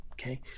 okay